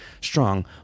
strong